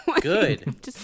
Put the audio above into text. Good